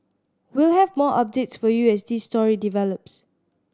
we'll have more updates for you as this story develops